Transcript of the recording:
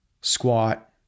squat